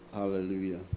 hallelujah